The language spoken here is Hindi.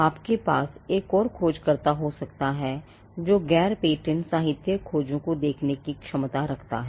आपके पास एक और खोजकर्ता हो सकता है जो गैर पेटेंट साहित्य खोजों को देखने की क्षमता रखता है